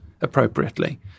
appropriately